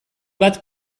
bat